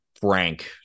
frank